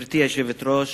גברתי היושבת-ראש,